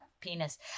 Penis